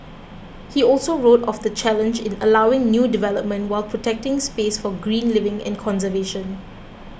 he also wrote of the challenge in allowing new development while protecting space for green living and conservation